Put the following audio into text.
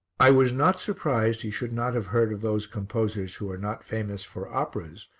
i was not surprised he should not have heard of those composers who are not famous for operas,